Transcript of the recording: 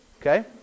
okay